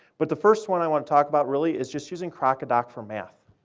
but the first one i want to talk about, really, is just using crocodoc for math.